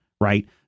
right